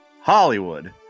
hollywood